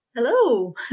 Hello